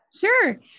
Sure